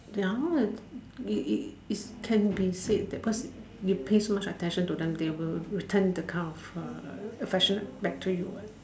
ya it it it can be said that because you pay so much attention to them they will return that kind of a affectionate back to you what